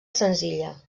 senzilla